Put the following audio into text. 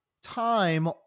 time